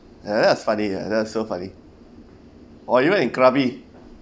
that was funny ya that was so funny or even in krabi